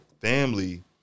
family